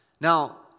Now